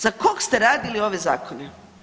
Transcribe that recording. Za kog ste radili ove zakone?